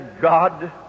God